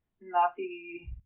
Nazi